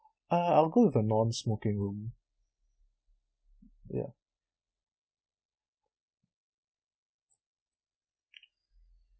uh I'll go with the non-smoking room ya